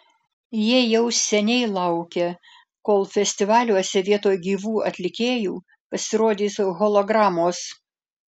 jie jau seniai laukia kol festivaliuose vietoj gyvų atlikėjų pasirodys hologramos